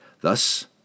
Thus